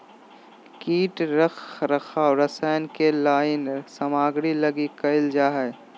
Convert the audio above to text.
कीट रख रखाव रसायन के लाइन सामग्री लगी करल जा हइ